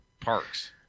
parks